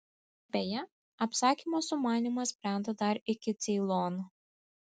beje apsakymo sumanymas brendo dar iki ceilono